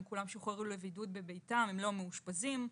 כולם שוחררו לבידוד בביתם והם לא מאושפזים.